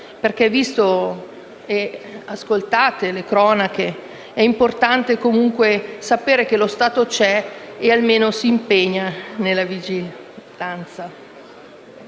Visto che ascoltate le cronache, sapete che è importante comunque sapere che lo Stato c'è e almeno s'impegna nella vigilanza,